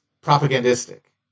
propagandistic